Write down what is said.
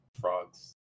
frogs